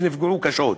שנפגעו קשות.